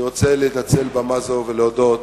אני רוצה לנצל במה זו ולהודות